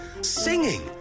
singing